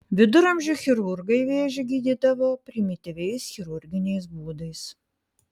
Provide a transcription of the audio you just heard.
viduramžių chirurgai vėžį gydydavo primityviais chirurginiais būdais